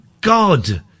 God